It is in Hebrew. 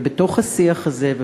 ובתוך השיח הזה,